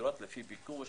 לפי ביקוש,